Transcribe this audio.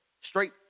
Straight